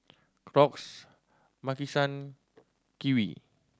Crocs Maki San Kiwi